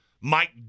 mike